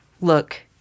look